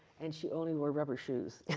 and she only wore rubber shoes.